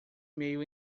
meio